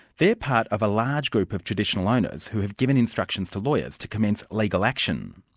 they are part of a large group of traditional owners who have given instructions to lawyers to commence legal action.